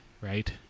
right